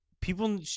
People